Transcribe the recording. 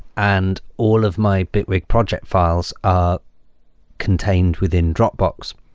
and all of my bitwig project files are contained within dropbox.